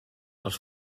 els